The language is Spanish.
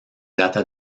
data